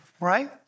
right